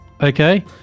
Okay